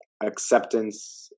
acceptance